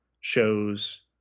shows